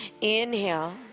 Inhale